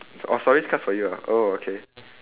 oh sorry this card's for you oh okay